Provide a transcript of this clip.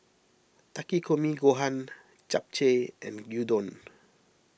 Takikomi Gohan Japchae and Gyudon